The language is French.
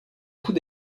coup